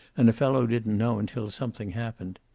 and a fellow didn't know until something happened.